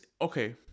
Okay